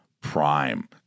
prime